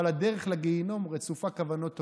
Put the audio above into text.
אבל הדרך לגיהינום רצופה כוונות טובות,